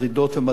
המדאיגות,